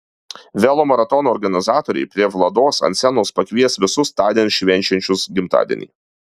velomaratono organizatoriai prie vlados ant scenos pakvies visus tądien švenčiančius gimtadienį